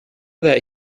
that